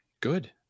Good